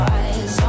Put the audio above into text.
eyes